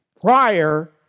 prior